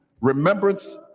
remembrance